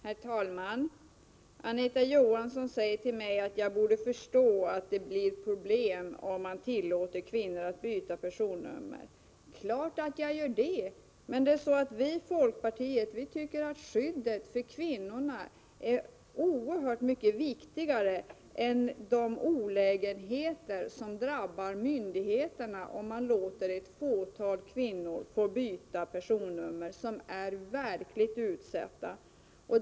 Herr talman! Anita Johansson säger till mig att jag borde förstå att det blir problem om man tillåter kvinnor att byta personnummer. Det är klart att jag förstår det! Men vi i folkpartiet tycker att skyddet för kvinnorna är oerhört mycket viktigare än de olägenheter som drabbar myndigheterna, om man låter ett fåtal kvinnor, som verkligen är utsatta, få byta personnummer.